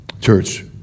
Church